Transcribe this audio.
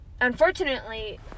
unfortunately